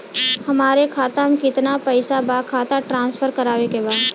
हमारे खाता में कितना पैसा बा खाता ट्रांसफर करावे के बा?